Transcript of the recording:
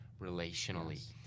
relationally